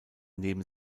neben